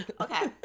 Okay